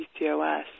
PCOS